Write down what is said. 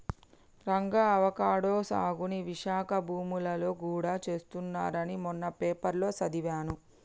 Ranga avocado సాగుని విశాఖ భూములలో గూడా చేస్తున్నారని మొన్న పేపర్లో సదివాను